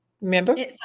remember